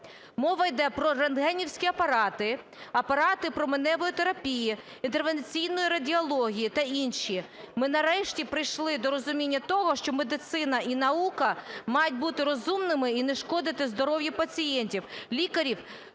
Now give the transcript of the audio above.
Мова йде про рентгенівські апарати, апарати променевої терапії, інтервенційної радіології та інші. Ми нарешті прийшли до розуміння того, що медицина і наука мають бути розумними і не шкодити здоров'ю пацієнтів, лікарів